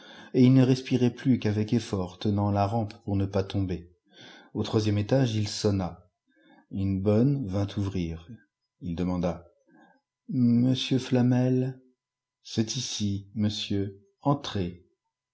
et il ne respirait plus qu'avec effort tenant la rampe pour ne pas tomber au troisième étage il sonna une bonne vint ouvrir ii deman da monsieur flamel c'est ici monsieur entrez